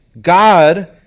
God